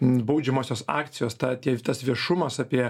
baudžiamosios akcijos tas tie tas viešumas apie